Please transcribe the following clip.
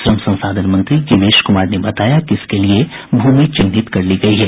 श्रम संसाधन मंत्री जीवेश कुमार ने बताया कि इसके लिये भूमि चिन्हित कर ली गयी है